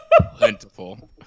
plentiful